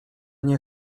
nie